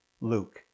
Luke